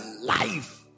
life